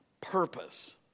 purpose